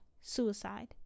suicide